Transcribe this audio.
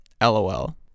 LOL